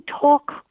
talk